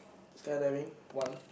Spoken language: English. skydiving one